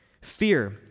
Fear